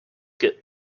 get